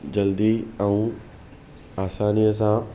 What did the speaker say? जल्दी ऐं आसानीअ सां